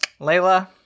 Layla